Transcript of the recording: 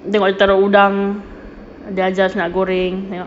tengok dia taruh udang dia ajar nak goreng tengok